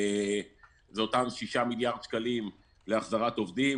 אלו אותם 6 מיליארד שקלים להחזרת עובדים,